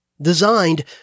designed